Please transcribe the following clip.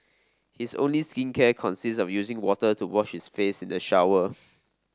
his only skincare consists of using water to wash his face in the shower